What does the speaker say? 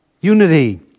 Unity